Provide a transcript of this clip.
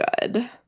good